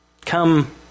Come